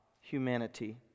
humanity